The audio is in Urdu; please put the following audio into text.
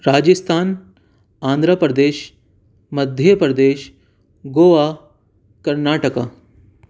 راجستھان آندھرا پردیش مدھیہ پردیش گووا کرناٹکا